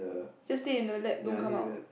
just stay in the lab don't come out